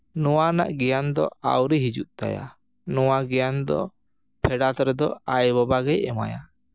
ᱱᱚᱣᱟ ᱨᱮᱭᱟᱜ ᱜᱮᱭᱟᱱ ᱫᱚ ᱟᱹᱣᱨᱤ ᱦᱤᱡᱩᱜ ᱛᱟᱭᱟ ᱱᱚᱣᱟ ᱜᱮᱭᱟᱱ ᱫᱚ ᱯᱷᱮᱰᱟᱛ ᱨᱮᱫᱚ ᱟᱭᱳ ᱵᱟᱵᱟ ᱜᱮᱭ ᱮᱢᱟᱭᱟ